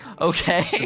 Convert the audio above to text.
Okay